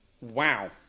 Wow